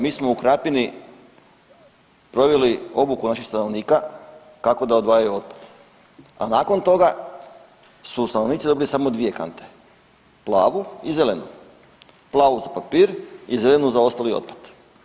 Mi smo u Krapini proveli obuku naših stanovnika kako da odvajaju otpad, a nakon toga su stanovnici dobili samo dvije kante plavu i zelenu – plavu za papir i zelenu za ostali otpad.